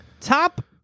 Top